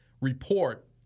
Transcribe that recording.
report